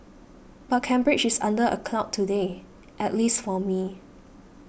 but Cambridge is under a cloud today at least for me